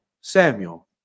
Samuel